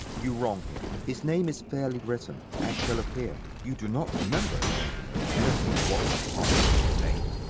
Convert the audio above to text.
you wrong him his name is fairly written, as shall appear. you do not remember, gentlemen, anything of what that parchment contained?